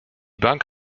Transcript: bank